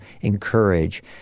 encourage